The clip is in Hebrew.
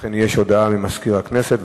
יש הודעה לסגן מזכיר הכנסת.